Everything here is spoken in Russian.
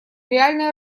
реальная